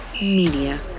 Media